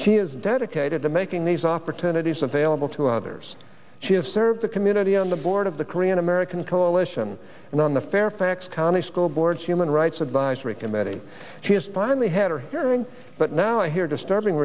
she is dedicated to making these opportunities available to others she have served the community on the board of the korean american coalition and on the fairfax county school board human rights advisory committee she has finally had her hearing but now i hear disturbing